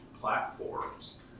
platforms